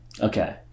Okay